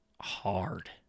hard